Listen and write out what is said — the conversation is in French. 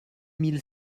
mille